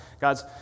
God's